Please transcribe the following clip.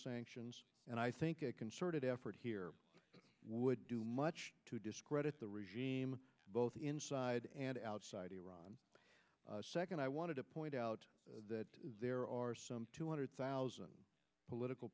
sanctions and i think a concerted effort here would do much to discredit the regime both inside and outside iraq second i wanted to point out that there are some two hundred thousand political